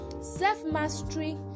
self-mastery